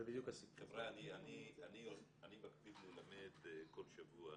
אני מקפיד ללמד כל שבוע